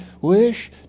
wish